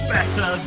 Better